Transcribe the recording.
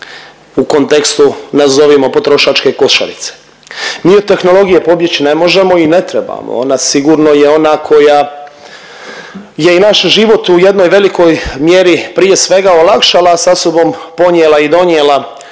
u kontekstu nazovimo potrošačke košarice. Mi od tehnologije pobjeć ne možemo i ne trebamo, ona sigurno je ona koja je i naš život u jednoj velikoj mjeri prije svega olakšala, a sa sobom ponijela i donijela